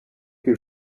que